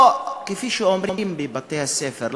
כפי שאומרים בבתי-הספר,